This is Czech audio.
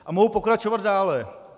A mohu pokračovat dále.